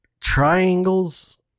Triangles